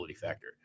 factor